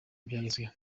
ibyagezweho